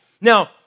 Now